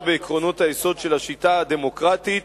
בעקרונות היסוד של השיטה הדמוקרטית,